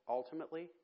ultimately